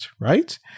right